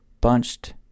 bunched